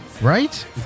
Right